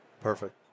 Perfect